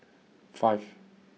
five